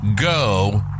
go